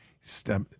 step